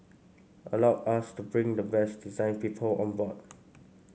allowed us to bring the best design people on board